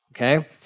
Okay